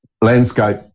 landscape